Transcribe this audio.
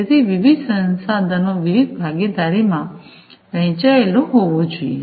તેથી વિવિધ સંસાધનો વિવિધ ભાગીદારો માં વહેંચાયેલો હોવો જોઈએ